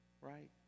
right